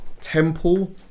Temple